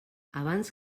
abans